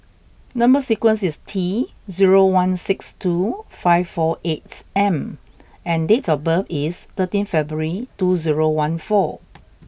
number sequence is T zero one six two five four eight M and date of birth is thirteen February two zero one four